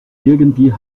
irgendwie